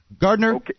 Gardner